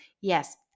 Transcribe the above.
yes